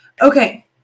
Okay